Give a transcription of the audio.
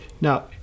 Now